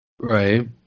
Right